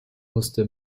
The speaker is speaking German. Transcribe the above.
musste